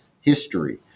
history